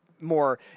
more